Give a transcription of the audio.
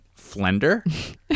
flender